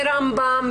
ברמב"ם,